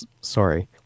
Sorry